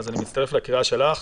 אז אני מצטרף לקריאה שלך.